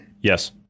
Yes